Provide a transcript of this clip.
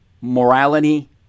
Morality